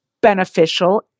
beneficial